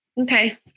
Okay